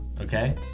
okay